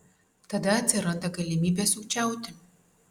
tada atsiranda galimybė sukčiauti